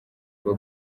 bwo